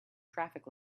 traffic